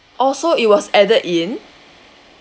oh so it was added in